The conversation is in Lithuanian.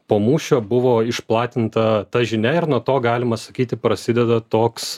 po mūšio buvo išplatinta ta žinia ir nuo to galima sakyti prasideda toks